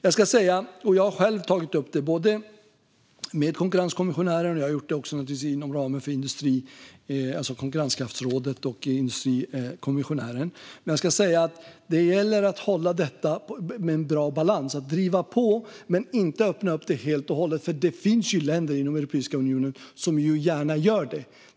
Jag ska säga, vilket jag själv har tagit upp både med konkurrenskommissionären och inom ramen för konkurrenskraftsrådet och med industrikommissionären, att det gäller att hålla en bra balans i detta och driva på men inte öppna upp helt och hållet. Det finns länder inom Europeiska unionen som gärna gör det.